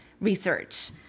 research